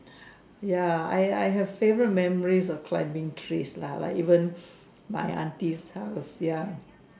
ya I I have favourite memories of quite being trees like even my aunties house ya